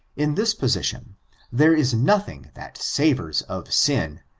in this position there is nothing that savors of sin,